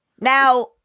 Now